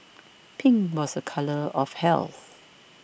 pink was a colour of health